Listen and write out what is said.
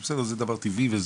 זה בסדר, זה דבר טבעי.